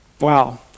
Wow